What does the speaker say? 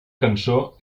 cançó